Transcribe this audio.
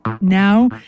Now